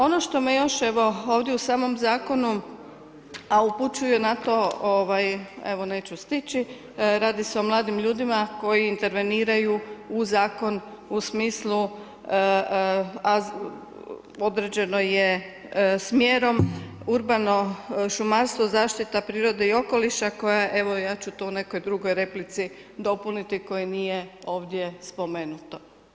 Ono što me još u samom zakonu a upućuje na to, evo neću stići, radi se o mladim ljudima koji interveniraju u zakon u smislu, određeno je smjerom urbano šumarstvo, zaštite prirode i okoliša koja evo, ja ću tu u nekoj drugoj replici dopuniti, koje nije ovdje spomenuto.